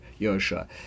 Yosha